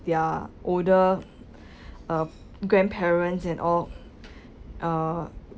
their older uh grandparents and all uh